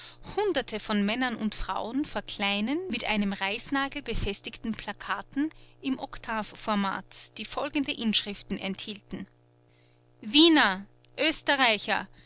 hunderte von männern und frauen vor kleinen mit einem reisnagel befestigten plakaten im oktavformat die folgende inschriften enthielten wiener oesterreicher